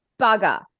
bugger